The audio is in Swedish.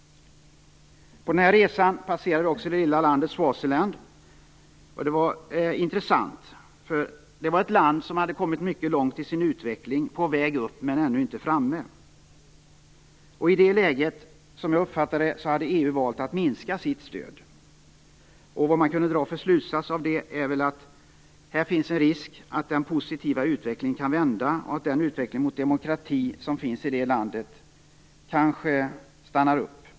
På den här resan passerade jag också det lilla landet Swaziland. Det var intressant. Det var ett land som hade kommit mycket långt i sin utveckling. Det var på väg upp, men var ännu inte framme. I det läget hade, som jag uppfattade det, EU valt att minska sitt stöd. Vad man kan dra för slutsats av det är väl att det finns en risk att den positiva utvecklingen kan vända, och att den utveckling mot demokrati som finns i landet kanske stannar upp.